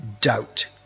doubt